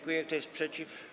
Kto jest przeciw?